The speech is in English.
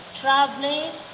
traveling